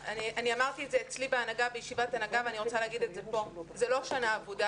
אמרתי בישיבת הנהגה ואני רוצה לומר כאן שזאת לא שנה אבודה.